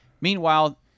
Meanwhile